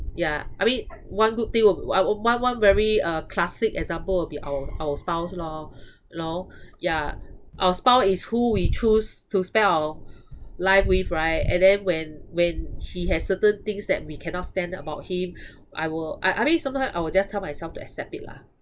yeah I mean one good thing I one one very uh classic example will be our our spouse lor you know yeah our spouse is who we choose to spend our life with right and then when when he has certain things that we cannot stand about him I will I I mean sometimes I will just tell myself to accept it lah